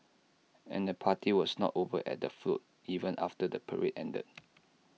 and the party was not over at the float even after the parade ended